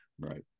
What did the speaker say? right